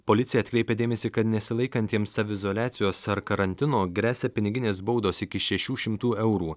policija atkreipė dėmesį kad nesilaikantiems saviizoliacijos ar karantino gresia piniginės baudos iki šešių šimtų eurų